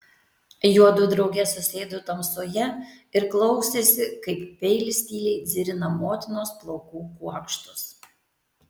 juodu drauge susėdo tamsoje ir klausėsi kaip peilis tyliai dzirina motinos plaukų kuokštus